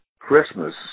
Christmas